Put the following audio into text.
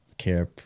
care